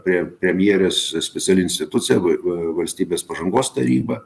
prie premjerės speciali institucija gui į valstybės pažangos taryba